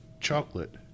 chocolate